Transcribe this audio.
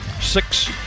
Six